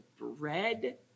bread